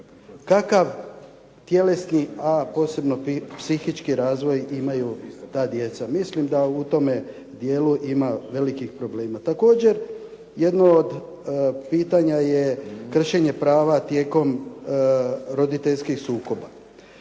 kakav tjelesni a posebno psihički razvoj imaju ta djeca. Mislim da u tome dijelu ima velikih problema. Također, jedno od pitanja je kršenje prava tijekom roditeljskih sukoba.